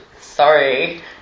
Sorry